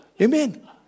Amen